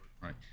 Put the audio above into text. Right